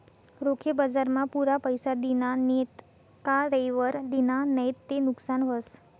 रोखे बजारमा पुरा पैसा दिना नैत का येयवर दिना नैत ते नुकसान व्हस